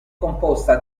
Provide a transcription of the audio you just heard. composta